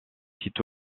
site